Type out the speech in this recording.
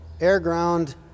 air-ground